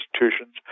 institutions